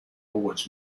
was